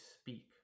speak